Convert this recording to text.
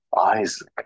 Isaac